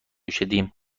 شدیم